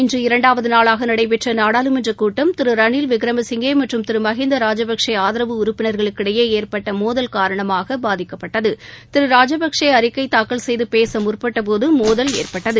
இன்று இரண்டாவது நாளாக நடைபெற்ற நாடாளுமன்ற கூட்டம் திரு ரணில் விக்ரமசிங்கே மற்றும் திரு மகிந்தா ராஜபக்ஷே ஆதரவு உறுப்பினர்களுக்கிடையே ஏற்பட்ட மோதல் காரணமாக பாதிக்கப்பட்டது திரு ராஜபக்சே அறிக்கை தாக்கல் செய்து பேச முற்பட்டபோது மோதல் ஏற்பட்டது